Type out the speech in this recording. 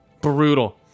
brutal